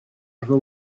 upper